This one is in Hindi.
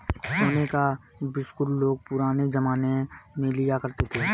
सोने का बिस्कुट लोग पुराने जमाने में लिया करते थे